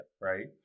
right